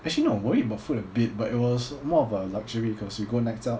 actually no worry about food a bit but it was more of a luxury cause you go nights out